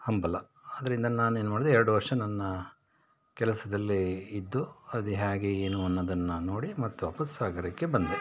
ಹಂಬಲ ಆದ್ದರಿಂದ ನಾನು ಏನು ಮಾಡಿದೆ ಎರಡು ವರ್ಷ ನನ್ನ ಕೆಲಸದಲ್ಲೇ ಇದ್ದು ಅದು ಹೇಗೆ ಏನು ಅನ್ನೋದನ್ನ ನೋಡಿ ಮತ್ತೆ ವಾಪಸ್ ಸಾಗರಕ್ಕೆ ಬಂದೆ